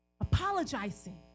apologizing